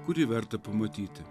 kurį verta pamatyti